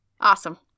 Awesome